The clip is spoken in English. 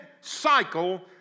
cycle